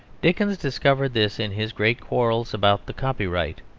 dickens discovered this in his great quarrels about the copyright,